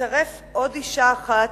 לצרף עוד אשה אחת,